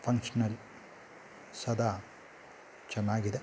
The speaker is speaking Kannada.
ಫಂಕ್ಷನಲ್ಲಿ ಸದಾ ಚೆನ್ನಾಗಿದೆ